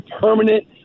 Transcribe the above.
permanent